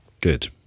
Good